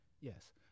yes